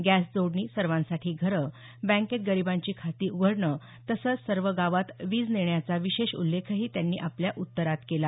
gas जोडणी सर्वांसाठी घरं बँकेत गरीबांची खाती उघडणं तसंच सर्व गावांत वीज नेण्याचा विशेष उल्लेखही त्यांनी आपल्या उत्तरात केला